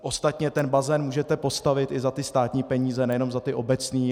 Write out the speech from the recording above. Ostatně ten bazén můžete postavit i za státní peníze, nejenom za ty obecní.